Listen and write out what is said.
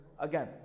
Again